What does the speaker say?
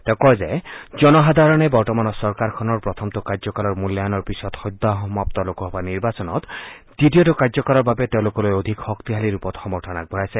তেওঁ কয় যে জনসাধাৰণে বৰ্তমানৰ চৰকাৰখনৰ প্ৰথমটো কাৰ্যকালৰ মূল্যায়ণৰ পিছত সদ্যসমাপ্ত লোকসভাত নিৰ্বাচনত দ্বিতীয়টো কাৰ্যকালৰ বাবে তেওঁলোকলৈ অধিক শক্তিশালী ৰূপত সমৰ্থন আগবঢ়াইছে